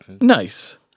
Nice